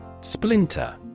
Splinter